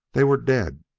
they were dead,